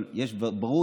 אבל יש ירידה